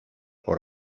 por